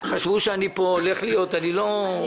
חשבו שאני הולך להיות, אני לא.